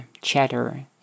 chatter